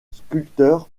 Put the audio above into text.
sculpteur